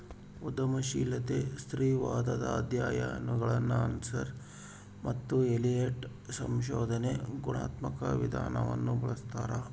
ಉದ್ಯಮಶೀಲ ಸ್ತ್ರೀವಾದದ ಅಧ್ಯಯನಗುಳಗಆರ್ಸರ್ ಮತ್ತು ಎಲಿಯಟ್ ಸಂಶೋಧನೆಯ ಗುಣಾತ್ಮಕ ವಿಧಾನವನ್ನು ಬಳಸ್ತಾರೆ